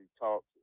talk